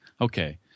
okay